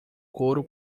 coro